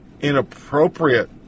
inappropriate